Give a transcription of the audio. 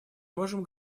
можем